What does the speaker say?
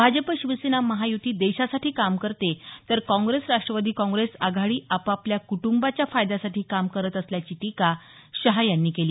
भाजप शिवसेना महायुती देशासाठी काम करते तर काँग्रेस राष्ट्रवादी काँग्रेस आघाडी आपापल्या कुटंबाच्या फायद्यासाठी काम करत असल्याची टीका शहा यांनी केली